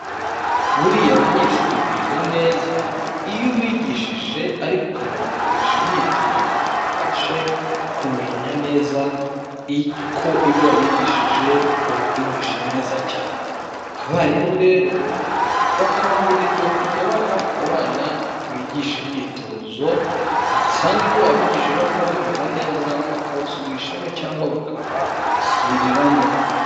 Buriya abanyeshuri biga neza iyo ubigishije ariko ukanabakoresha imyitozo kugira ngo ubashe kumenya neza ko ibyo wabigishije babyumvise neza cyane. Abarimu rero bakangurirwa kujya baha abana bigisha imyitozo, basanga ibyo babigishije batabyumva neza bakabasubirishamo, cyangwa bakabasubiriramo.